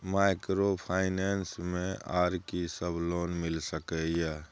Microfinance मे आर की सब लोन मिल सके ये?